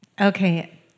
Okay